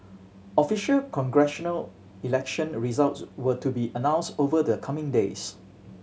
official congressional election results were to be announced over the coming days